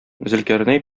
зөлкарнәй